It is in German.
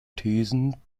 thesen